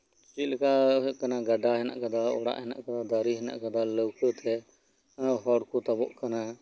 ᱪᱮᱫ ᱞᱮᱠᱟ ᱜᱟᱰᱟ ᱦᱮᱱᱟᱜ ᱟᱠᱟᱫᱟ ᱚᱲᱟᱜ ᱦᱮᱱᱟᱜ ᱟᱠᱟᱫᱟ ᱫᱟᱨᱮᱹ ᱦᱮᱱᱟᱜ ᱟᱠᱟᱫᱟ ᱱᱟᱣᱠᱟᱹ ᱛᱮ ᱦᱚᱲ ᱠᱚ ᱛᱟᱵᱚᱜ ᱠᱟᱱᱟ